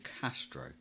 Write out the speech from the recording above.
Castro